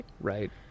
Right